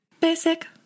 Basic